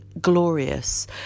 glorious